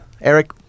Eric